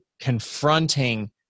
confronting